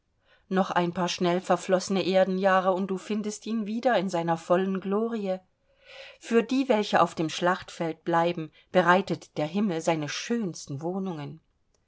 noch ein paar schnell verflossene erdenjahre und du findest ihn wieder in seiner vollen glorie für die welche auf dem schlachtfeld bleiben bereitet der himmel seine schönsten wohnungen